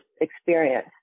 experience